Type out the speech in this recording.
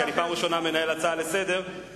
כי אני מנהל הצעה לסדר-היום בפעם הראשונה.